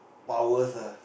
powers ah